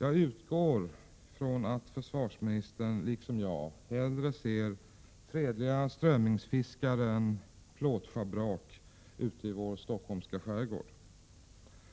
Jag utgår ifrån att försvarsministern liksom jag hellre ser fredliga strömmingsfiskare än plåtschabrak ute i vår stockholmska skärgård.